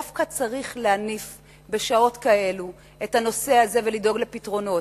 דווקא צריך להניף בשעות כאלו את הנושא הזה ולדאוג לפתרונות,